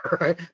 right